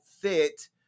fit